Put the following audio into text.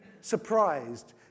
surprised